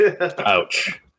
Ouch